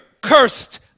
cursed